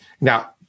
Now